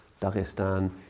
Dagestan